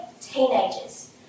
teenagers